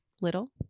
little